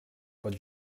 but